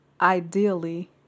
ideally